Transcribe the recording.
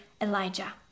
Elijah